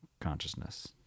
consciousness